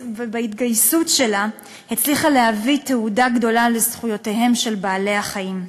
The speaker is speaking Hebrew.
ובהתגייסות שלה הצליחה להביא תהודה גדולה לזכויותיהם של בעלי-החיים.